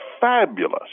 fabulous